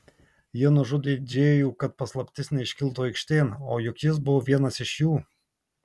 jie nužudė džėjų kad paslaptis neiškiltų aikštėn o juk jis buvo vienas iš jų